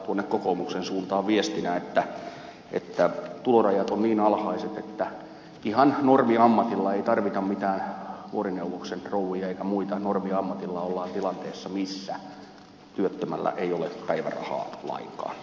tuonne kokoomuksen suuntaan viestinä että tulorajat ovat niin alhaiset että ihan normiammatilla ei tarvita mitään vuosineuvoksen rouvia eikä muita normiammatilla ollaan tilanteessa missä työttömällä ei ole päivärahaa lainkaan